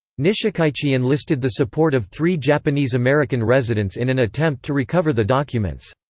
nishikaichi enlisted the support of three japanese-american residents in an attempt to recover the documents.